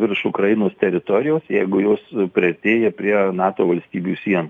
virš ukrainos teritorijos jeigu jos priartėja prie nato valstybių sienų